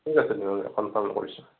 ঠিক আছে তেনেহ'লে কনফাৰ্ম কৰিছোঁ